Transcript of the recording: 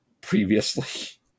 previously